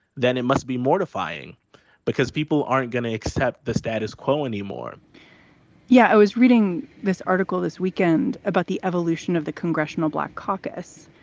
then it must be mortifying because people aren't going to accept the status quo anymore yeah, i was reading this article this weekend about the evolution of the congressional black caucus,